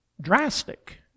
drastic